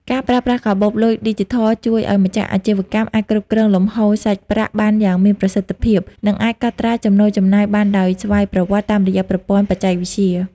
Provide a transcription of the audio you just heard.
ការប្រើប្រាស់កាបូបលុយឌីជីថលជួយឱ្យម្ចាស់អាជីវកម្មអាចគ្រប់គ្រងលំហូរសាច់ប្រាក់បានយ៉ាងមានប្រសិទ្ធភាព និងអាចកត់ត្រាចំណូលចំណាយបានដោយស្វ័យប្រវត្តិតាមរយៈប្រព័ន្ធបច្ចេកវិទ្យា។